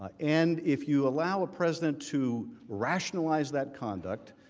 ah and if you allow a president to rationalize that conduct.